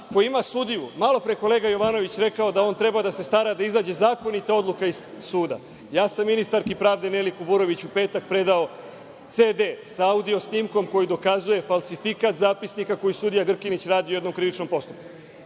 koji ima sudiju… Malopre je kolega Jovanović rekao da on treba da se stara da izađe zakonita odluka iz suda. Ja sam ministarki pravde Neli Kuburović u petak predao CD sa audio snimkom koji dokazuje falsifikat zapisnika koji sudija Grkinjić radi u jednom krivičnom postupku.